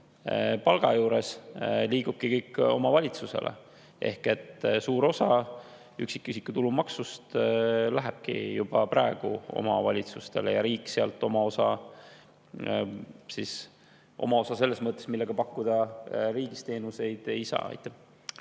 palk –, liigubki kõik omavalitsusele. Ehk et suur osa üksikisiku tulumaksust läheb juba praegu omavalitsustele ja riik sealt oma osa, millega pakkuda riigis teenuseid, ei saa.